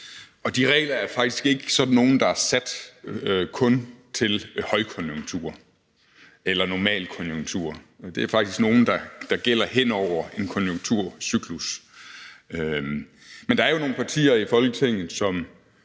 og de regler er faktisk ikke sådan nogle, der kun er sat til højkonjunktur eller normalkonjunktur; det er faktisk nogle, der gælder hen over en konjunkturcyklus. Men der er jo nogle partier på den røde